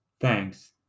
Thanks